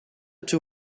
too